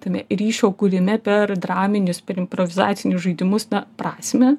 tame ryšio kūrime per draminius per improvizacinius žaidimus prasmę